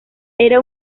era